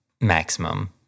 maximum